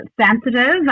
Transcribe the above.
sensitive